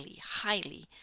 highly